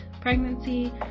pregnancy